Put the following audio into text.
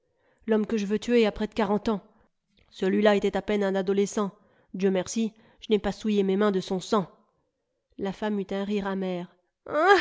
l'homme que je veux tuer a près de quarante ans celui-là était à peine un adolescent dieu merci je n'ai pas souillé mes mains de son sang la femme eut un rire amer